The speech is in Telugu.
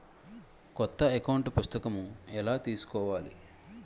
కొత్త అకౌంట్ పుస్తకము ఎలా తీసుకోవాలి?